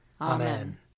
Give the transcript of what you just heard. Amen